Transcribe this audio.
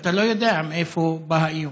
ואתה לא יודע מאיפה בא האיום.